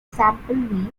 sample